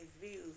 views